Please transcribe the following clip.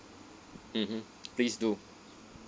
mmhmm please do